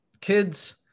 kids